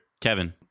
Kevin